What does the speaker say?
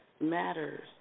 Matters